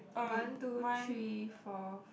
one two three four